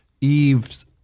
Eve's